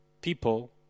people